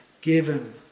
given